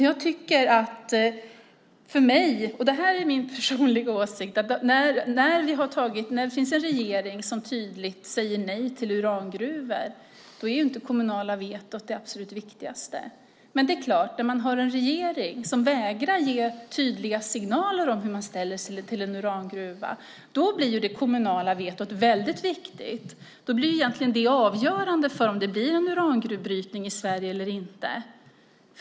Jag tycker, och det här är min personliga åsikt, att när det finns en regering som tydligt säger nej till urangruvor är inte det kommunala vetot det absolut viktigaste. Men det är klart att när man har en regering som vägrar att ge tydliga signaler om hur man ställer sig till en urangruva blir det kommunala vetot väldigt viktigt. Då blir det avgörande för om det blir urangruvbrytning i Sverige eller inte.